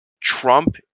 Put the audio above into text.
Trump